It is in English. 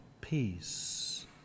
peace